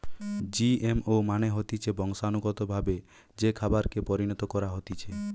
GMO মানে হতিছে বংশানুগতভাবে যে খাবারকে পরিণত করা হতিছে